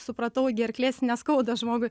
supratau gerklės neskauda žmogui